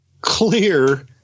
clear